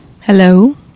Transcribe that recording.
Hello